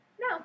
No